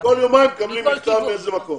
כל יומיים מקבלים מכתב מאיזה מקום.